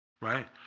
Right